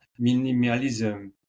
minimalism